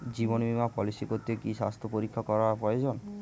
জীবন বীমা পলিসি করতে কি স্বাস্থ্য পরীক্ষা করা প্রয়োজন?